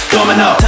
Domino